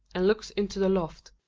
and looks into the loft.